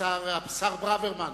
השר ברוורמן